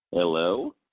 Hello